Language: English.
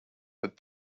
but